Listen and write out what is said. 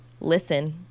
listen